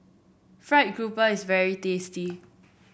fried grouper is very tasty